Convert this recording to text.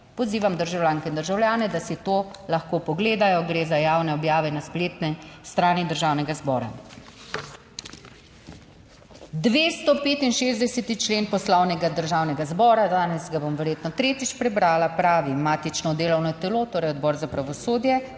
Pozivam državljanke in državljane, da si to lahko pogledajo. Gre za javne objave na spletni strani Državnega zbora. 265. člen Poslovnika Državnega zbora, danes ga bom verjetno tretjič prebrala, pravi: "Matično delovno telo," - torej Odbor za pravosodje